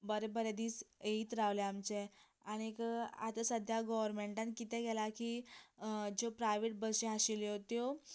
बरें बरें दीस येयत रावले आमचे आनीक आतां सद्दयांक गवर्नमेंन्टान कितें केला की ज्यो प्रायव्हेट बशीं आशिल्ल्यो त्यो